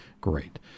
great